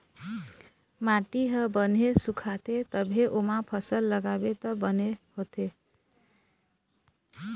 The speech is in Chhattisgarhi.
माटी ह बने सुखाथे तभे ओमा फसल लगाबे त बने होथे